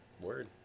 Word